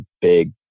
big